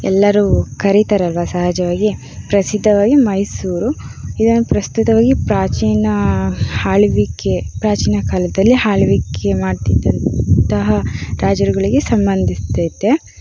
ಎಲ್ಲರೂ ಕರೀತಾರಲ್ವ ಸಹಜವಾಗಿ ಪ್ರಸಿದ್ಧವಾಗಿ ಮೈಸೂರು ಇದನ್ನು ಪ್ರಸ್ತುತವಾಗಿ ಪ್ರಾಚೀನ ಆಳ್ವಿಕೆ ಪ್ರಾಚೀನ ಕಾಲದಲ್ಲಿ ಆಳ್ವಿಕೆ ಮಾಡ್ತಿದ್ದಂತಹ ರಾಜರುಗಳಿಗೆ ಸಂಬಂಧಿಸ್ತೈತೆ